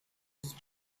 was